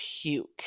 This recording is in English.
puke